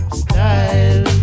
style